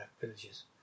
villages